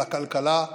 על הכלכלה.